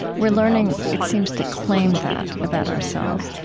we're learning, it seems, to claim that about ourselves.